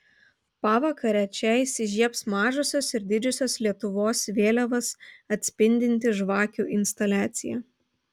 pavakarę čia įsižiebs mažosios ir didžiosios lietuvos vėliavas atspindinti žvakių instaliacija